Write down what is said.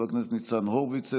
חבר הכנסת ניצן הורוביץ,